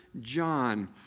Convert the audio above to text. John